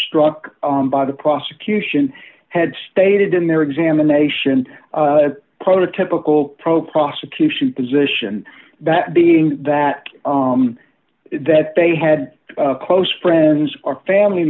struck by the prosecution had stated in their examination prototypical pro prosecution position that being that that they had close friends or family